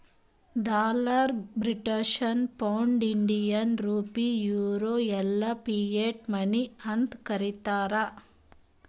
dollar, British pound, Indian rupee, euro ಎಲ್ಲಾ fiat money ಅಂತ್ ಕರೀತಾರ